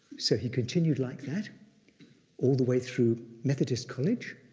so he continued like that all the way through methodist college,